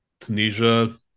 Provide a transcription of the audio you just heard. Tunisia